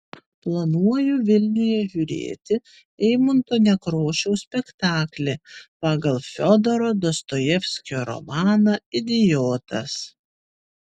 planuoju vilniuje žiūrėti eimunto nekrošiaus spektaklį pagal fiodoro dostojevskio romaną idiotas